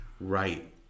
Right